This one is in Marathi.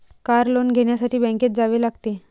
कार लोन घेण्यासाठी बँकेत जावे लागते